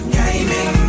gaming